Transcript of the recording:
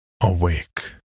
awake